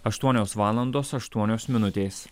aštuonios valandos aštuonios minutės